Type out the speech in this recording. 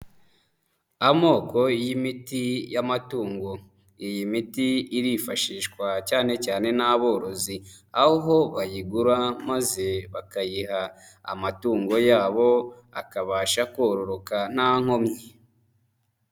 Amoko y'imiti y'amatungo, iyi miti irifashishwa cyane cyane n'aborozi aho bayigura maze bakayiha amatungo yabo akabasha kororoka nta nkomyi.